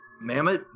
Mammoth